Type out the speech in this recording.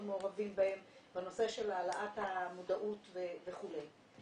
מעורבים בהן בנושא של העלאת מודעות וכולי.